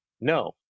no